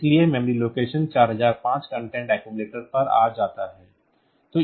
इसलिए memory location 4005 content accumulator पर आ जाता है